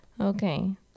okay